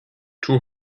two